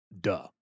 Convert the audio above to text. Duh